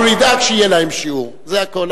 אנחנו נדאג שיהיה להם שיעור, זה הכול.